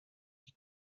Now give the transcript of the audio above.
die